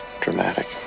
dramatic